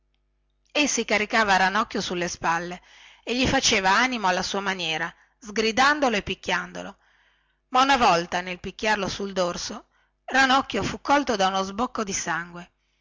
ei si caricava ranocchio sulle spalle e gli faceva animo alla sua maniera sgridandolo e picchiandolo ma una volta nel picchiarlo sul dorso ranocchio fu colto da uno sbocco di sangue